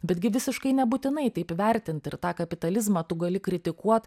betgi visiškai nebūtinai taip vertint ir tą kapitalizmą tu gali kritikuot